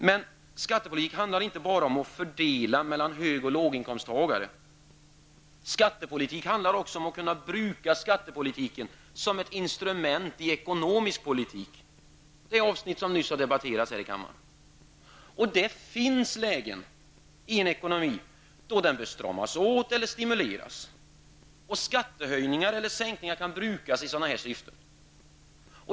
Men skattepolitik handlar inte bara om att fördela mellan hög och låginkomsttagare. Skattepolitik handlar också om att kunna bruka skattepolitiken som ett instrument i ekonomisk politik, det avsnitt som nyss har debatterats här i kammaren. Det finns lägen då en ekonomi bör stramas åt eller stimuleras, och skattehöjningar och skattesänkningar kan brukas i sådana här syften.